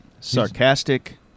Sarcastic